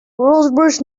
rosebush